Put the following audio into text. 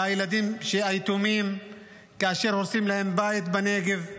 והילדים היתומים כאשר הורסים להם בית בנגב,